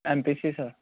MPC sir